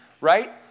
Right